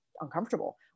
uncomfortable